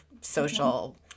social